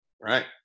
Right